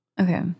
Okay